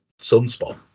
sunspot